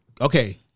okay